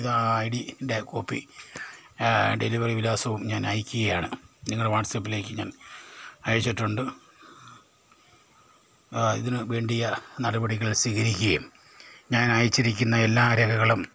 ഇതാ ഐ ഡീൻ്റെ കോപ്പി ഡെലിവറി വിലാസവും ഞാൻ അയക്ക്കയാണ് നിങ്ങളുടെ വാട്സപ്പിലേക്ക് ഞാൻ അയച്ചിട്ടുണ്ട് ഇതിന് വേണ്ടിയ നടപടികൾ സ്വീകരിക്കുകയും ഞാൻ അയച്ചിരിക്കുന്ന എല്ലാ രേഖകളും